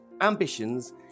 ambitions